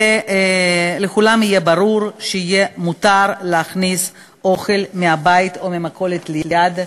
ולכולם יהיה ברור שמותר להכניס אוכל מהבית או מהמכולת ליד,